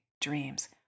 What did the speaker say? dreams